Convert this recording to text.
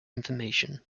information